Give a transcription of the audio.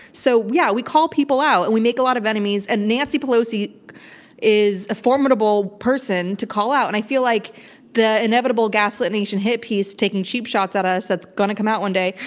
so yeah, we call people out and we make a lot of enemies and nancy pelosi is a formidable person to call out. and i feel like the inevitable gaslit nation hit piece taking cheap shots at us that's going to come out one day,